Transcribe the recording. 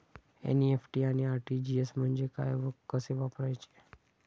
NEFT आणि RTGS म्हणजे काय व कसे वापरायचे?